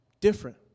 Different